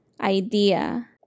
idea